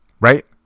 Right